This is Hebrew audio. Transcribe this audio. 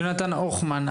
יונתן הוכמן,